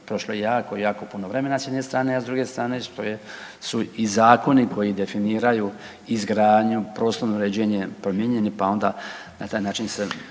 prošlo jako, jako puno vremena s jedne strane, a s druge strane što su i zakoni koji definiraju izgradnju prostorno uređenje promijenjeni, pa onda na taj način se